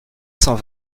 cent